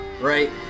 right